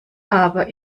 aber